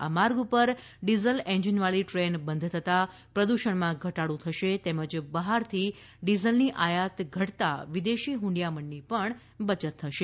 આ માર્ગ ઉપર ડિઝલ એન્જીનવાળી ટ્રેન બંધ થતાં પ્રદૂષણમાં ઘટાડી થશે તેમજ બહારથી ડિઝલની આયાત ઘટતાં વિદેશી હૃંડિયામણની બચત થશે